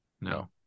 No